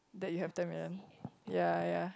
that you have ten million ya ya